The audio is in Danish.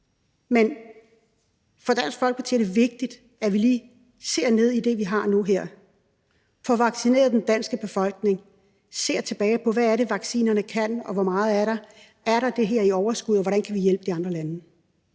Men for Dansk Folkeparti er det vigtigt, at vi lige ser ned i det, vi har nu her, får vaccineret den danske befolkning og ser tilbage på, hvad vaccinerne kan, og hvor meget der er: Er der noget i overskud, og hvordan kan vi hjælpe de andre lande?